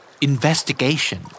Investigation